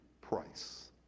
price